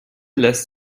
lässt